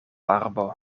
arbo